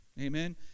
Amen